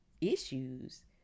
issues